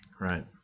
Right